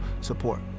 support